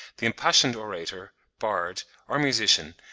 the impassioned orator, bard, or musician,